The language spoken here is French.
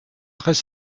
très